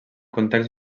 context